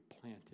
planted